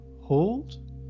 hold